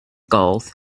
gulls